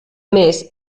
més